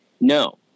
no